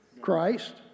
Christ